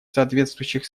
соответствующих